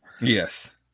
Yes